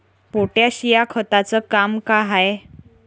Potash या खताचं काम का हाय?